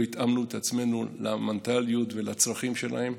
לא התאמנו את עצמנו למנטליות ולצרכים שלהם.